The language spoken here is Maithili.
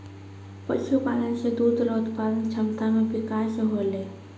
पशुपालन से दुध रो उत्पादन क्षमता मे बिकास होलै